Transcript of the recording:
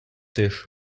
теж